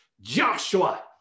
Joshua